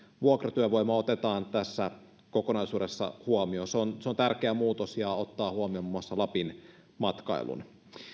vuokratyövoima otetaan tässä kokonaisuudessa huomioon se on tärkeä muutos ja ottaa huomioon muun muassa lapin matkailun